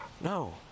no